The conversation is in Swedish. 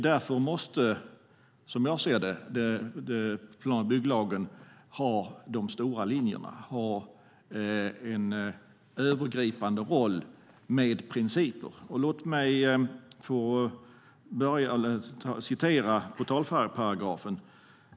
Därför måste, som jag ser det, plan och bygglagen ha de stora linjerna och en övergripande roll med principer. Låt mig citera portalparagrafen.